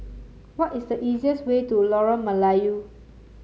what is the easiest way to Lorong Melayu